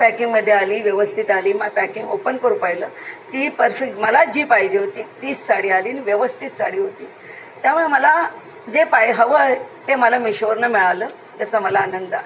पॅकिंगमध्ये आली व्यवस्थित आली पॅकिंग ओपन करू पाहिलं ती परफेक् मला जी पाहिजे होती तीच साडी आली आणि व्यवस्थित साडी होती त्यामुळे मला जे पाय हवं आहे ते मला मिशोवरून मिळालं त्याचा मला आनंद आहे